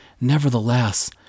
Nevertheless